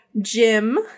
Jim